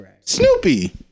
Snoopy